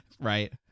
right